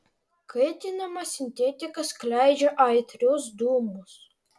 kaitinama sintetika skleidžia aitrius dūmus